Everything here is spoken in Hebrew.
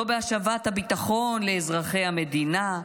לא בהשבת הביטחון לאזרחי המדינה,